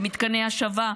במתקני ההשבה,